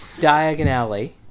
Diagonally